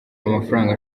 amafaranga